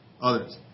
others